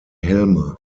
helme